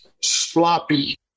sloppy